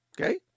Okay